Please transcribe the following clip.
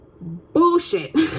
bullshit